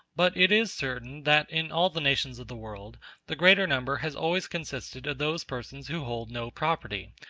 but it is certain that in all the nations of the world the greater number has always consisted of those persons who hold no property,